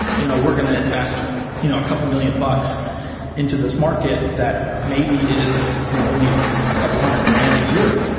you know we're going to invest you know a couple million bucks into this market that maybe is you know only a couple hundred grand a year.